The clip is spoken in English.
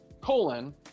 colon